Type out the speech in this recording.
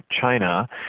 China